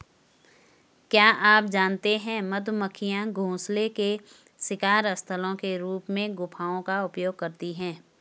क्या आप जानते है मधुमक्खियां घोंसले के शिकार स्थलों के रूप में गुफाओं का उपयोग करती है?